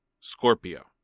Scorpio